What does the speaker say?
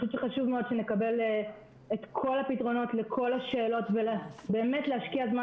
חשוב מאוד שנקבל את כל הפתרונות לכל השאלות ובאמת להשקיע זמן